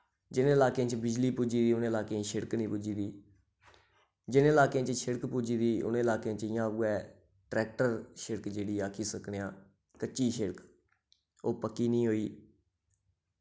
जिनें इलाकें च बिजली पुज्जी दी उ''नें इलाकें च शिड़क नि पुज्जी दी जि'नें इलाकें च शिड़क पुज्जी दी उ'ने इलाकें च इयां ओऐ ट्रैक्टर शिड़क जेह्ड़ी आक्खी सकने आं कच्ची शिड़क ओह् पक्की नि होई